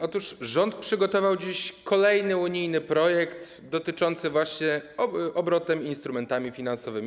Otóż rząd przygotował dziś kolejny unijny projekt dotyczący właśnie obrotu instrumentami finansowymi.